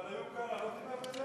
אבל איוב קרא לא טיפל בזה?